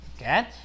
okay